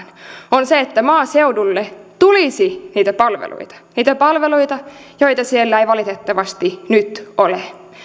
on se että maaseudulle tulisi niitä palveluita niitä palveluita joita siellä ei valitettavasti nyt ole